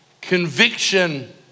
conviction